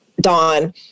Dawn